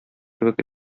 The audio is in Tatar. кебек